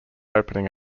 opening